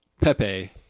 Pepe